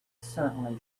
certainly